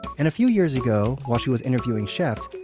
and a few years ago, while she was interviewing chefs,